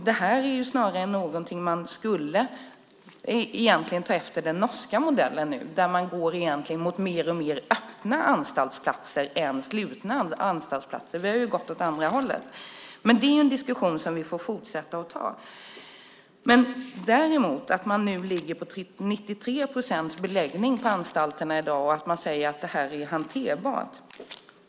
Det här är snarare ett område där man borde ta efter den norska modellen nu, där man går mot mer och mer öppna anstaltsplatser snarare än mot slutna anstaltsplatser. Vi har ju gått åt andra hållet. Det är en diskussion som vi får fortsätta ta. Däremot vill jag kommentera att man ligger på 93 procents beläggning på anstalterna i dag och att man säger att det här är hanterbart.